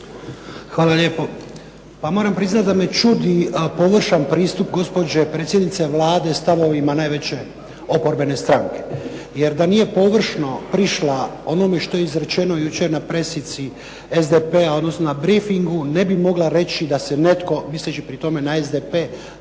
Hvala lijepo. Pa moram priznati da me čudi površan pristup gospođe predsjednice Vlade stavovima najveće oporbene stranke. Jer da nije površno prišla onome što je izrečeno jučer na pressici SDP-a, odnosno briefingu ne bi mogla reći da se netko, misleći pri tome na SDP